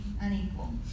unequal